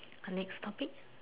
next topic